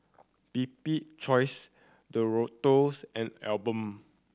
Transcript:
Bibik's Choice Doritos and Alpen